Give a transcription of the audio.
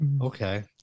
Okay